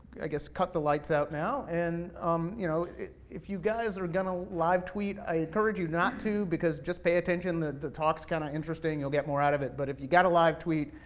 i guess cut the lights out now. and um you know if you guys are going to live tweet, i encourage you not to, because just pay attention, the the talk's kind of interesting, you'll get more out of it. but if you've gotta live tweet,